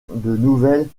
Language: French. nouvelles